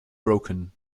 broken